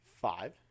five